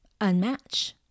unmatch